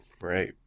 Right